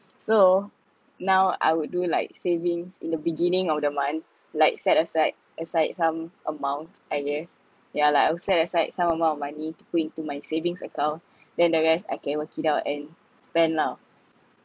so now I would do like savings in the beginning of the month like set aside aside some amount i guess yeah like I will set aside some amount of money to put into to my savings account then the rest I can work it out and spend now